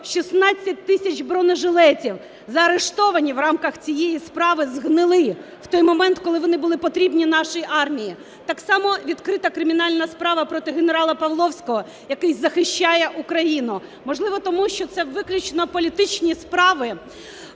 16 тисяч бронежилетів заарештовані в рамках цієї справи згнили в той момент, коли вони були потрібні нашій армії. Так само відкрита кримінальна справа проти генерала Павловського, який захищає Україну. Можливо, тому, що це виключно політичні справи?